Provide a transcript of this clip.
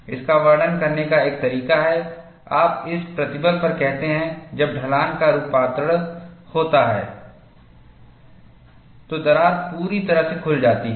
इसका वर्णन करने का एक तरीका है आप इस प्रतिबल पर कहते हैं जब ढलान का रूपांतरण होता है तो दरार पूरी तरह से खुल जाती है